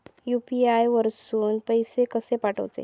UPI वरसून पैसे कसे पाठवचे?